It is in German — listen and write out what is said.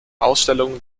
ausstellungen